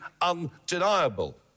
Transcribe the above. undeniable